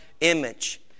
image